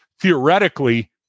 theoretically